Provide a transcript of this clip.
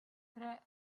tre